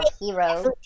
Hero